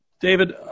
David